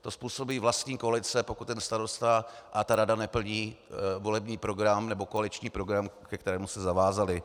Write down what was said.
To způsobí vlastní koalice, pokud starosta a rada neplní volební program nebo koaliční program, ke kterému se zavázali.